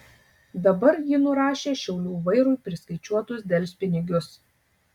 dabar ji nurašė šiaulių vairui priskaičiuotus delspinigius